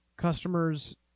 Customers